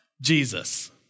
Jesus